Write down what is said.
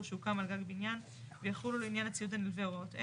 שהוקם על גג בניין ויחולו לעניין הציוד הנלווה הוראות אלה: